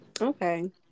Okay